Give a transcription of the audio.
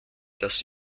das